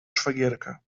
szwagierka